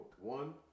one